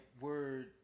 word